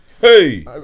Hey